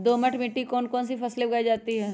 दोमट मिट्टी कौन कौन सी फसलें उगाई जाती है?